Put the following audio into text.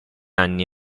anni